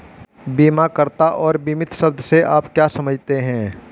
बीमाकर्ता और बीमित शब्द से आप क्या समझते हैं?